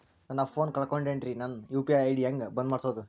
ನನ್ನ ಫೋನ್ ಕಳಕೊಂಡೆನ್ರೇ ನನ್ ಯು.ಪಿ.ಐ ಐ.ಡಿ ಹೆಂಗ್ ಬಂದ್ ಮಾಡ್ಸೋದು?